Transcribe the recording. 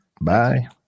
bye